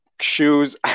shoes